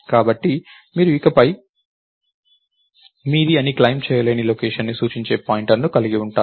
కాబట్టి మీరు ఇకపై మీది అని క్లెయిమ్ చేయలేని లొకేషన్ను సూచించే పాయింటర్ని కలిగి ఉన్నారు